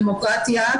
דמוקרטיה,